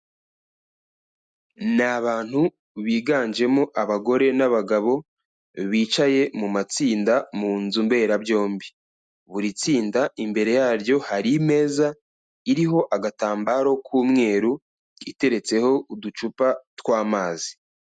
Ni abantu biganjemo abagore n'abagabo, bicaye mu matsinda mu nzu mberabyombi. Buri tsinda imbere yaryo hari imeza iriho agatambaro k'umweru, iteretseho uducupa tw'amazi.